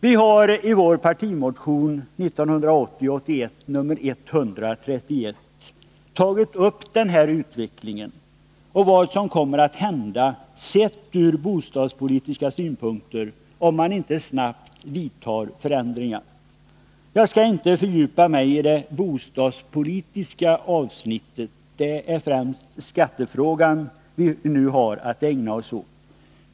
Vi hari vår partimotion 1980/81:131 tagit upp den här utvecklingen och vad som kommer att hända, sett ur bostadspolitiska synpunkter, om man inte snabbt vidtar förändringar. Jag skall inte fördjupa mig i det bostadspolitiska avsnittet; det är främst skattefrågan vi nu har att ägna oss åt.